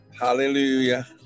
hallelujah